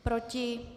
Proti?